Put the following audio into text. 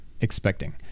expecting